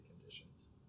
conditions